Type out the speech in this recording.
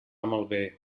malbé